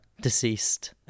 deceased